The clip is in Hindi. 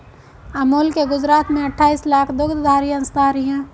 अमूल के गुजरात में अठाईस लाख दुग्धधारी अंशधारी है